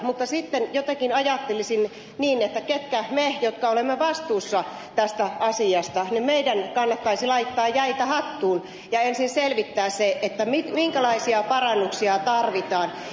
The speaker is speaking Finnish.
mutta sitten jotenkin ajattelisin niin että meidän jotka olemme vastuussa tästä asiasta kannattaisi laittaa jäitä hattuun ja ensin selvittää se minkälaisia parannuksia tarvitaan